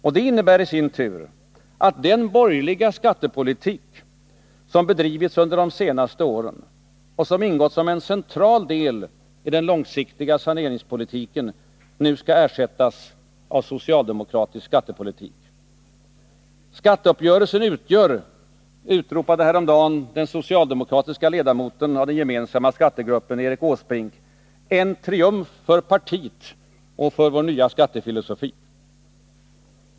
Och det innebär i sin tur att den borgerliga skattepolitik som bedrivits under de senaste åren och som ingått som en central del i den långsiktiga saneringspolitiken nu skall ersättas av socialdemokratisk skattepolitik. Skatteuppgörelsen utgör — utropade häromdagen den socialdemokratiske ledamoten av den gemensamma skattegruppen, Erik Åsbrink — en triumf för partiet och för vår nya skattefilosofi.